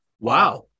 Wow